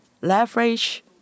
leverage